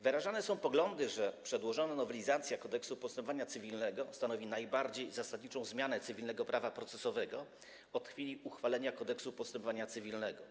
Wyrażane są poglądy, że przedłożona nowelizacja Kodeksu postępowania cywilnego stanowi najbardziej zasadniczą zmianę cywilnego prawa procesowego od chwili uchwalenia Kodeksu postępowania cywilnego.